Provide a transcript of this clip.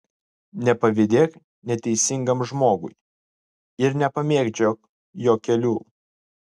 nepavydėk neteisingam žmogui ir nepamėgdžiok jo kelių